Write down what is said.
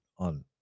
on